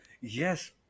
yes